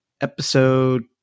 episode